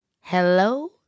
Hello